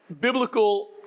Biblical